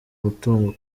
umutungo